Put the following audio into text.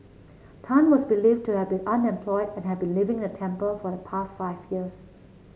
Tan was believed to have been unemployed and had been living in the temple for the past five years